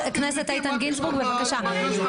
איתן גינזבורג, בבקשה.